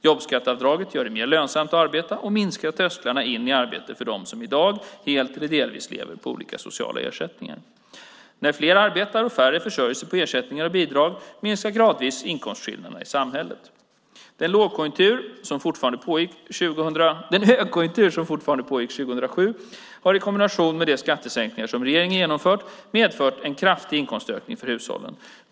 Jobbskatteavdraget gör det mer lönsamt att arbeta och minskar trösklarna in i arbete för dem som i dag helt eller delvis lever på olika sociala ersättningar. När fler arbetar och färre försörjer sig på ersättningar och bidrag minskar gradvis inkomstskillnaderna i samhället. Den högkonjunktur som fortfarande pågick 2007 har, i kombination med de skattesänkningar som regeringen har genomfört, medfört en kraftig inkomstökning för hushållen.